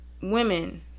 women